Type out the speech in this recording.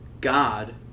God